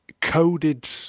coded